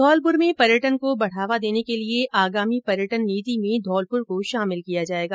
धौलप्र में पर्यटन को बढ़ावा देने के लिए आगामी पर्यटन नीति में धौलप्र को शामिल किया जाएगा